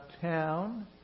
town